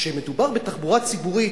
כשמדובר בתחבורה ציבורית,